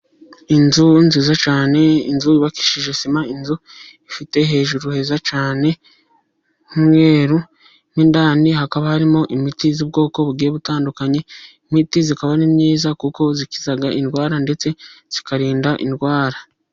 Inzu nziza cyane, inzu yubakishije sima, inzu ifite hejuru heza cyane h'umweru. Mo indani hakaba harimo imiti y'ubwoko butandukanye, imiti ikaba ari myiza kuko ikiza indwara ndetse ikarinda indwara.